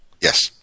Yes